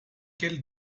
quel